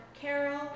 Carol